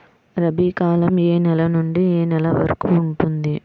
రబీ కాలం ఏ నెల నుండి ఏ నెల వరకు ఉంటుంది?